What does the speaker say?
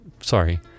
sorry